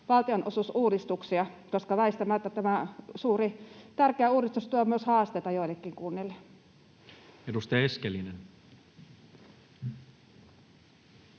valtionosuusuudistuksia, koska väistämättä tämä suuri, tärkeä uudistus tuo myös haasteita joillekin kunnille. [Speech